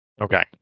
Okay